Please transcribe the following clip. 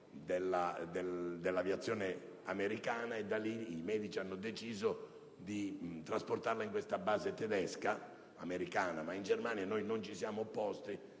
dell'aviazione americana, e da lì i medici hanno deciso di trasportarla nella base americana di Ramstein, in Germania. Noi non ci siamo opposti,